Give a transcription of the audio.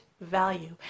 value